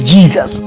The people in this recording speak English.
Jesus